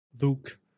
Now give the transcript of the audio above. Luke